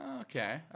Okay